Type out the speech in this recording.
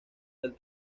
del